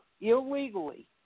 illegally